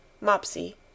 Mopsy